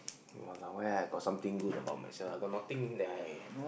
!walao! where I got something good about myself I got nothing that I